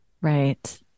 Right